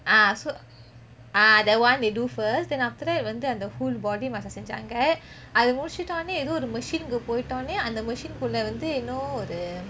ah so ah that one they do first then after that வந்து அந்த:vanthu antha full body massage செஞ்சாங்க அத முடிச்சிட்டோண எதோ ஒரு:senjaange athey mudichitoneh yetho oru machine க்கு போய்ட்டோன அந்த:ku poithoneh antha machine குள்ள வந்து:kulle vanthu